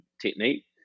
technique